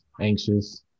anxious